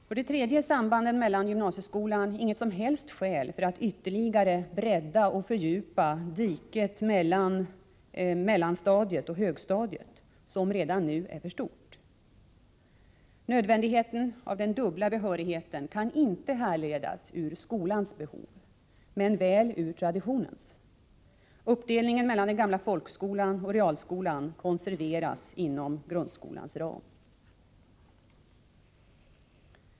För det tredje är sambanden med gymnasieskolan inget som helst skäl för att ytterligare bredda och fördjupa det ”dike” mellan mellanstadiet och högstadiet som redan nu är för stort. Nödvändigheten av den dubbla behörigheten kan inte härledas ur skolans behov, men väl ur traditionen; uppdelningen mellan den gamla folkskolan och realskolan konserveras inom grundskolans ram.